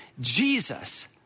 Jesus